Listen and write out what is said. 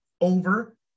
over